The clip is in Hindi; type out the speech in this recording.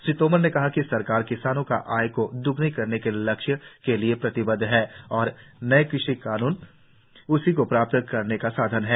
श्री तोमर ने कहा कि सरकार किसानों की आय को दोग्ना करने के लक्ष्य के लिए प्रतिबद्ध है और नए कृषि कानून उसी को प्राप्त करने का साधन हैं